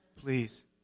Please